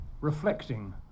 reflecting